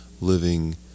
living